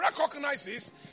recognizes